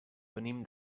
venim